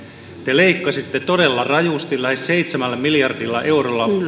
te leikkasitte todella rajusti lähes seitsemällä miljardilla eurolla